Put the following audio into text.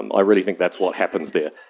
i really think that's what happens there.